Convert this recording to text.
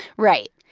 right.